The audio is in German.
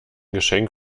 geschenk